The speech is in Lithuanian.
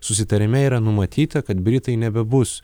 susitarime yra numatyta kad britai nebebus